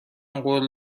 قول